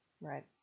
Right